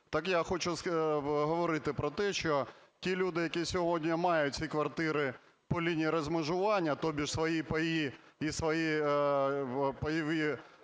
Так я хочу сказати про те, що ті люди, які сьогодні мають ці квартири по лінії розмежування, тобіш свої паї і своє пайове